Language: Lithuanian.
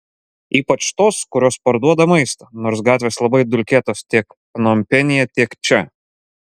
ypač tos kurios parduoda maistą nors gatvės labai dulkėtos tiek pnompenyje tiek čia